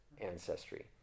ancestry